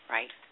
Right